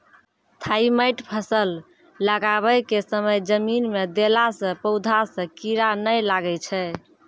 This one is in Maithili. थाईमैट फ़सल लगाबै के समय जमीन मे देला से पौधा मे कीड़ा नैय लागै छै?